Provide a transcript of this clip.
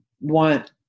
want